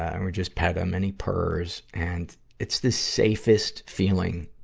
and we just pet him and he purrs. and it's the safest feeling